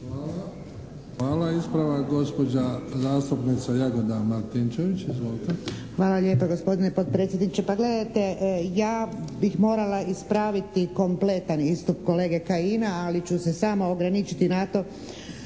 Izvolite. **Martinčević, Jagoda Majska (HDZ)** Hvala lijepa gospodine potpredsjedniče. Pa gledajte, ja bih morala ispraviti kompletan istup kolege Kajina, ali ću se samo ograničiti na to